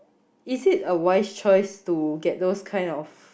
is it a wise choice to get those kind of